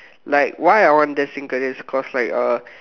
like why I want destined careers is cause like uh